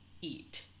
eat